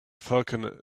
falcon